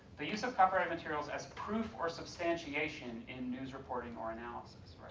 the use of copyrighted materials as proof or substantiation in news reporting or analysis.